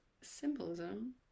symbolism